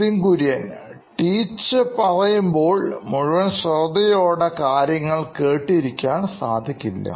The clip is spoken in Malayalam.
Nithin Kurian COO Knoin Electronics teacher പറയുമ്പോൾ മുഴുവൻ ശ്രദ്ധയോടെ കാര്യങ്ങൾ കേട്ടിരിക്കാൻ സാധിക്കില്ല